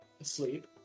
asleep